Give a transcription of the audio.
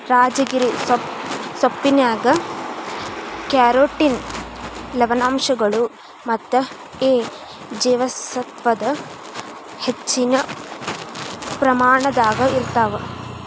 ರಾಜಗಿರಿ ಸೊಪ್ಪಿನ್ಯಾಗ ಕ್ಯಾರೋಟಿನ್ ಲವಣಾಂಶಗಳು ಮತ್ತ ಎ ಜೇವಸತ್ವದ ಹೆಚ್ಚಿನ ಪ್ರಮಾಣದಾಗ ಇರ್ತಾವ